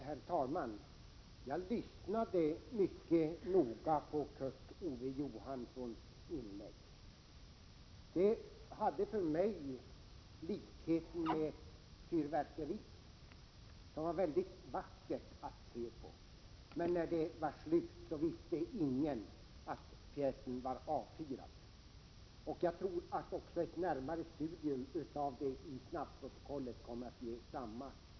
Herr talman! Jag lyssnade noga på Kurt Ove Johanssons huvudinlägg. Det hade för mig likhet med ett fyrverkeri, som var mycket vackert att se på - men när det var slut visste ingen att pjäsen var avfyrad. Jag tror också att ett närmare studium av det i snhabbprotokollet kommer att ge samma intryck.